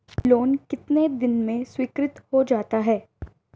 Loan कितने दिन में स्वीकृत हो जाता है?